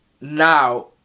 Now